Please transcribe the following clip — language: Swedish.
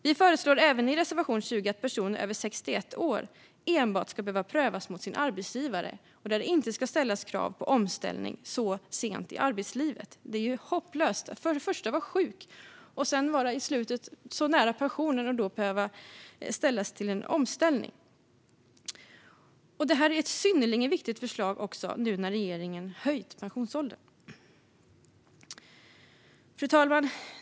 Vi föreslår även i reservation 20 att personer över 61 år enbart ska behöva prövas mot sin arbetsgivare och att det inte ska ställas krav på omställning så sent i arbetslivet. Det är ju hopplöst att först vara sjuk och sedan tvingas till omställning så nära pensionen. Det här är ett synnerligen viktigt förslag nu när regeringen också höjt pensionsåldern. Fru talman!